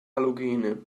halogene